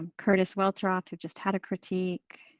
um curtis welteroth who just had a critique,